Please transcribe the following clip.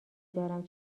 دارم